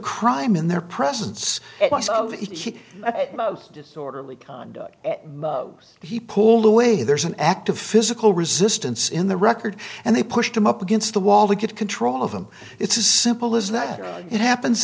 crime in their presence of he disorderly conduct he pulled away there's an act of physical resistance in the record and they pushed him up against the wall to get control of them it's as simple as that it happens